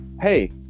Hey